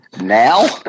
now